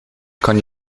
kan